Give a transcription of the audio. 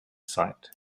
site